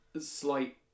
slight